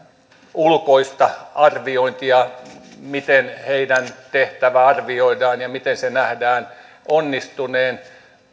ulkoista arviointia miten heidän tehtävänsä arvioidaan ja miten sen nähdään onnistuneen